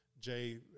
Jay